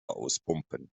auspumpen